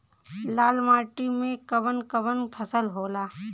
लाल माटी मे कवन कवन फसल होला?